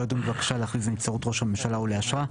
לא ידון בבקשה להכריז על נבצרות ראש הממשלה או לאשרה,